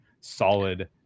solid